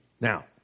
Now